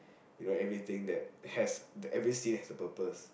you know everything that has every scene has a purpose